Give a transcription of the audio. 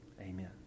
Amen